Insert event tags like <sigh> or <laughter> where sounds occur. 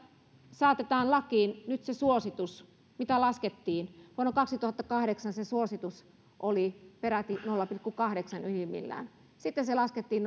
saatetaan lakiin nyt suositus jota laskettiin vuonna kaksituhattakahdeksan se suositus oli peräti nolla pilkku kahdeksaan ylimmillään sitten se laskettiin <unintelligible>